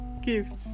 gifts